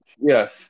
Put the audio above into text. Yes